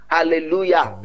Hallelujah